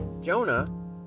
Jonah